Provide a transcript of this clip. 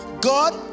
God